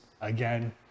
again